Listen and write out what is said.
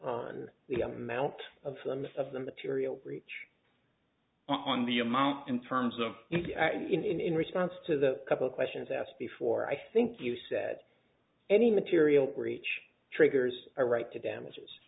on the amount of funds of the material breach on the amount in terms of in response to the couple of questions asked before i think you said any material breach triggers a right to damages